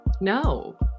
No